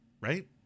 Right